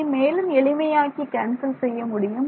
இதை மேலும் எளிமையாக்கி கேன்சல் செய்ய முடியும்